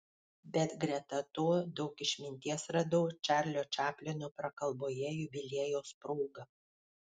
bet greta to daug išminties radau čarlio čaplino prakalboje jubiliejaus proga